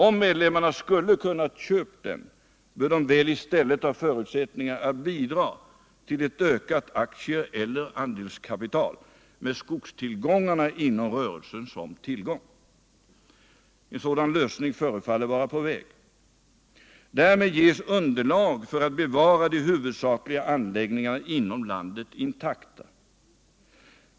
Om medlemmarna skulle kunnat köpa den, bör de väl också haft förutsättningar att i stället bidraga till ett ökat aktieeller andelskapital, med skogstillgångarna inom rörelsen som tillgång. En sådan lösning förefaller vara på väg. Därmed ges underlag för att bevara de huvudsakliga anläggningarna inom landet intakta.